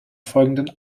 folgenden